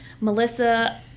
Melissa